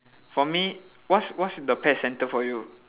for me what's what's the pet centre for you